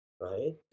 right